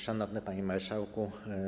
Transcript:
Szanowny Panie Marszałku!